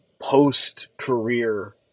post-career